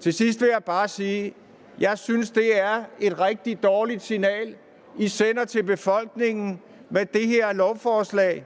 Til sidst vil jeg bare sige: Jeg synes, det er et rigtig dårligt signal, man sender til befolkningen med det her lovforslag.